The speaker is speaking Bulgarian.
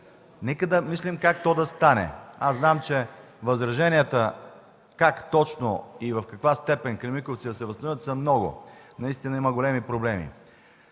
Нека да мислим как то да стане. Аз знам, че възраженията как точно и в каква степен да се възстанови „Кремиковци” са много. Наистина има големи проблеми.